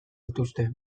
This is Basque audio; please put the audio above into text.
dituzte